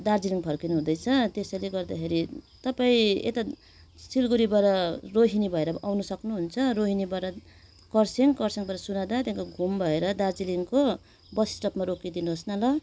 दार्जिलिङ फर्किनु हुँदैछ त्यसैले गर्दाखेरि तपाईँ यता सिलगुढीबाट रोहिनी भएर आउनु सक्नुहुन्छ रोहिनीबाट कर्स्यिङ कर्स्यिङबाट सोनादा त्यहाँदेखि घुम भएर दार्जिलिङको बसस्टपमा रोकिदिनुहोस् न ल